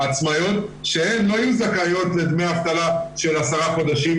עצמאיות שהן לא יהיו זכאיות לדמי אבטלה של עשרה חודשים,